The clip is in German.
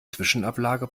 zwischenablage